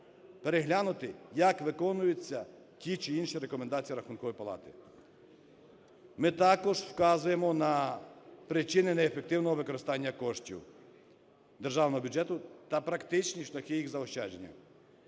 переглянути, як виконуються ті чи інші рекомендації Рахункової палати. Ми також вказуємо на причини неефективного використання коштів державного бюджету та практичні шляхи їх заощадження.